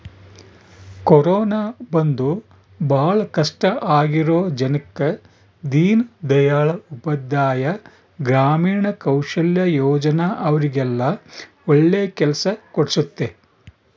corona ಬಂದು ಭಾಳ ಕಷ್ಟ ಆಗಿರೋ ಜನಕ್ಕ ದೀನ್ ದಯಾಳ್ ಉಪಾಧ್ಯಾಯ ಗ್ರಾಮೀಣ ಕೌಶಲ್ಯ ಯೋಜನಾ ಅವ್ರಿಗೆಲ್ಲ ಒಳ್ಳೆ ಕೆಲ್ಸ ಕೊಡ್ಸುತ್ತೆ